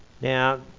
Now